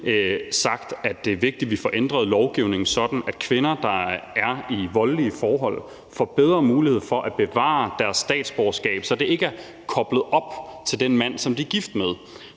sagt, at det er vigtigt, vi får ændret lovgivningen, sådan at kvinder, der er i voldelige forhold, får bedre mulighed for at bevare deres statsborgerskab, så det ikke er koblet op til den mand, som de er gift med.